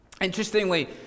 Interestingly